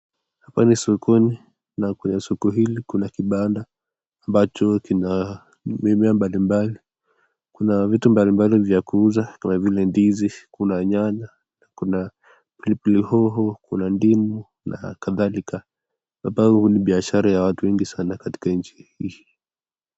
Hapa ni sokoni na kwa soko hili kuna kipanda ambacho kina mimmea mbalimbali, kuna vitu mbalimbali vya kuuza kama vile ndizi, kuna nyanya, kuna pilipili hoho, kuna ndimu na kadalika. Hapa huu ni biashara ya watu wengi sana katika nchi hii.